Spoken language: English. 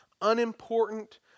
unimportant